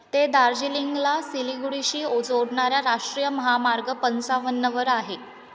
ते दार्जिलिंगला सिलीगुडीशी जोडणाऱ्या राष्ट्रीय महामार्ग पंचावन्नवर आहे